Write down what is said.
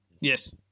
Yes